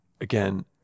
again